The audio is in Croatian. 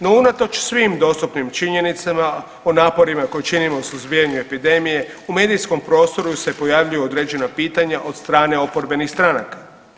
No unatoč svim dostupnim činjenicama o naporima koje činimo u suzbijanju epidemije u medijskom prostoru se pojavljuju određena pitanja od strane oporbenih stranaka.